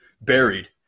buried